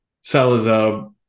Salazar